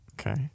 Okay